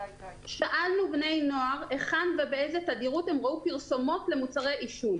שאלנו בני נוער היכן ובאיזו תדירות הם ראו פרסומות למוצרי עישון.